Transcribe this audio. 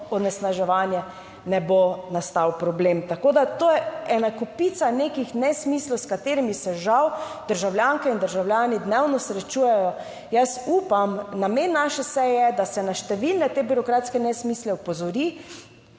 onesnaževanje ne bo nastal problem. Tako da to je ena kopica nekih nesmislov, s katerimi se žal državljanke in državljani dnevno srečujejo. Jaz upam, namen naše seje je, da se na številne te birokratske nesmisle opozori,